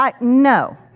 No